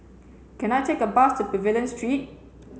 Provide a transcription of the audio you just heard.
can I take a bus to Pavilion Street